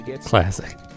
Classic